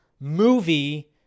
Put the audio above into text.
movie